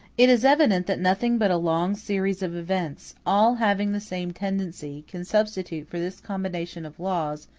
it is evident that nothing but a long series of events, all having the same tendency, can substitute for this combination of laws,